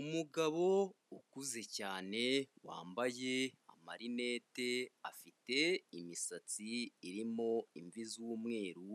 Umugabo ukuze cyane wambaye amarinete afite imisatsi irimo imvi z'umweru